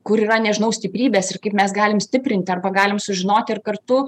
kur yra nežinau stiprybės ir kaip mes galim stiprinti arba galim sužinoti ir kartu